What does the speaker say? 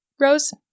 Rose